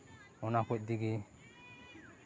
ᱚᱱᱟ ᱠᱩᱡ ᱛᱮᱜᱮ